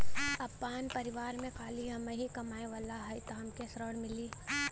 आपन परिवार में खाली हमहीं कमाये वाला हई तह हमके ऋण मिली?